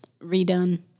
redone